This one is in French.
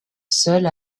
seul